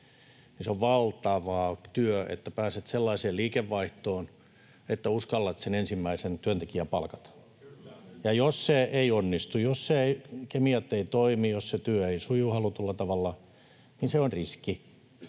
se on valtava työ, että pääset sellaiseen liikevaihtoon, että uskallat sen ensimmäisen työntekijän palkata. [Eduskunnasta: Kyllä!] Ja jos se ei onnistu, jos kemiat eivät toimi, jos se työ ei suju halutulla tavalla, niin se on riski.